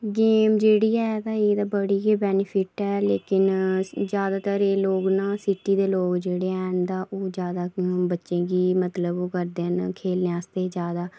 game जेह्ड़ी ऐ ता एह् ते बड़ी गै बैनिफिट ऐ लेकिन ज्यादातर एह् लोग ना सिटी दे लोग जेह्ड़े हैन तां ओह् ज्यादा बच्चें गी मतलब ओह् करदे खेलने आस्तै ज्यादा